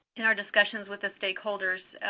in our discussions with stakeholders,